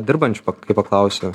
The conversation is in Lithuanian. dirbančių kai paklausi